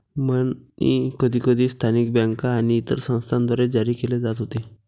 मनी कधीकधी स्थानिक बँका आणि इतर संस्थांद्वारे जारी केले जात होते